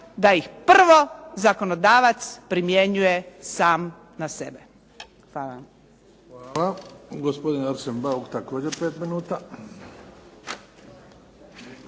da ih prvo zakonodavac primjenjuje sam na sebe. Hvala vam.